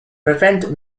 prevent